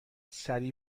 سریع